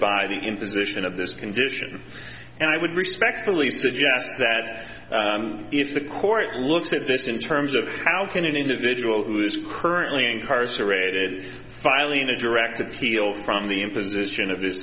by the imposition of this condition and i would respectfully suggest that if the court looks at this in terms of how can an individual who is currently incarcerated filing a direct appeal from the imposition of this